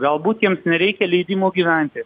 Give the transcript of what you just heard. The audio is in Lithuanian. galbūt jiems nereikia leidimo gyventi